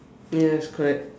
yes correct